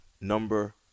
number